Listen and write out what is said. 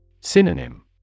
Synonym